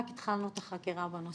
אנחנו עוד רק התחלנו את החקירה בנושא,